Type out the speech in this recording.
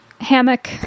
Hammock